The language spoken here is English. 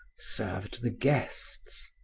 served the guests.